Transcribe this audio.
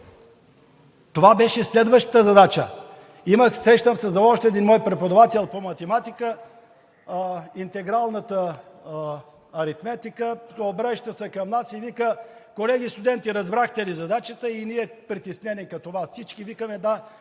Това беше следващата задача. Сещам се за още един мой преподавател по математика, интегралната аритметика. Обръща се към нас и казва: „Колеги студенти, разбрахте ли задачата?“ Ние, притеснени като Вас, всички викаме: „Да,